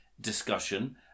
discussion